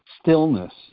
stillness